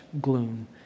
gloom